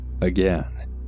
Again